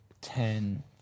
Ten